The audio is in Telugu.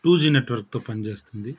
టూ జీ నెట్వర్క్తో పని చేస్తుంది